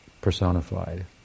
personified